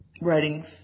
writing